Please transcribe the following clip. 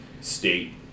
state